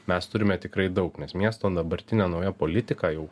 mes turime tikrai daug nes miesto dabartinė nauja politika jau